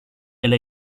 elle